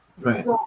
Right